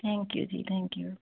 thank you ਜੀ thank you